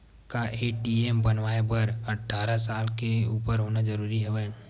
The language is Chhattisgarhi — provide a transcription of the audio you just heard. का ए.टी.एम बनवाय बर अट्ठारह साल के उपर होना जरूरी हवय?